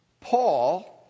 Paul